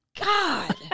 God